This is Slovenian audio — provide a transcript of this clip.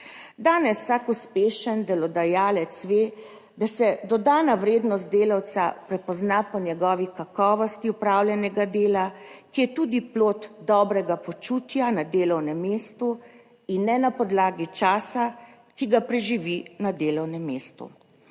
Danes vsak uspešen delodajalec ve, da se dodana vrednost delavca prepozna po njegovi kakovosti opravljenega dela, ki je tudi plod dobrega počutja na delovnem mestu in ne na podlagi časa, ki ga preživi na delovnem mestu.